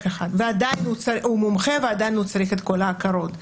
רק אחד, הוא מומחה ועדיין הוא צריך את כל ההכרות.